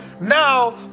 Now